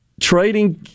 trading